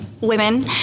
women